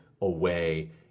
away